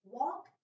walk